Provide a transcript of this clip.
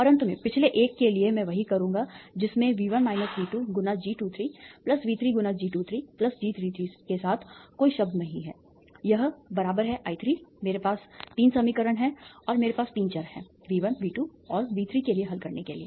और अंत में पिछले एक के लिए मैं वही करूँगा जिसमें V1 V2 × G23 V3 × G23 G33 के साथ कोई शब्द नहीं हैं यह I3 मेरे पास 3 समीकरण हैं और मेरे पास 3 चर हैं V1 V2 और V3 के लिए हल करने के लिए